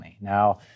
Now